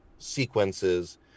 Sequences